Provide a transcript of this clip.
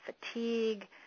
fatigue